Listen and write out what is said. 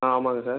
ஆ ஆமாங்க சார்